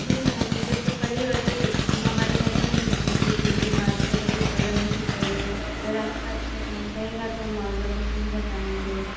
जी ma'am इधर तो पड़ी है और भी हमारे घर में भी शादी है कुछ दिन बाद फिर अभी बगल में भी पड़ी है अगर आपका अच्छा काम रहेगा तो हम और लोगों को भी बताएंगे